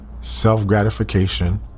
self-gratification